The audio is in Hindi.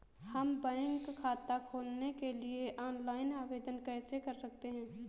हम बैंक खाता खोलने के लिए ऑनलाइन आवेदन कैसे कर सकते हैं?